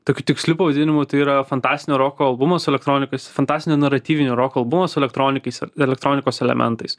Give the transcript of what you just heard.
tokiu tiksliu pavadinimu tai yra fantastinio roko albumas elektronikos fantastinio naratyvinio roko albumas su elektronikais elektronikos elementais